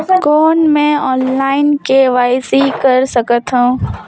कौन मैं online KYC कर सकथव?